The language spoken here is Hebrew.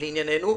לענייננו,